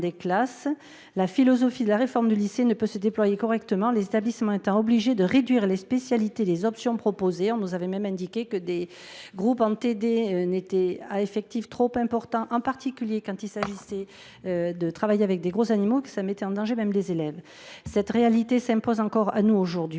La philosophie de la réforme du lycée ne peut se déployer correctement, les établissements étant obligés de réduire les spécialités et les options proposées. » Le rapport indique également que des groupes en travaux dirigés étaient à effectifs trop importants, en particulier quand il s’agissait de travailler avec de gros animaux, ce qui mettait les élèves en danger. Cette réalité s’impose encore à nous aujourd’hui.